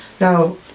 Now